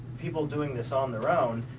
people doing this on there own